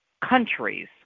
countries